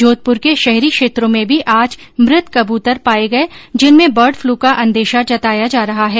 जोधपुर के शहरी क्षेत्रो में भी आज मुत कबतर पाये गये जिनमें बर्ड पल का अंदेशा जताया जा रहा है